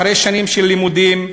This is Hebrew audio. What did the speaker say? אחרי שנים של לימודים,